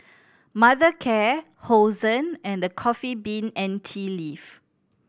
Mothercare Hosen and The Coffee Bean and Tea Leaf